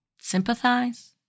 Sympathize